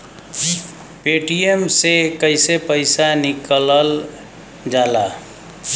Paytm से कैसे पैसा निकलल जाला?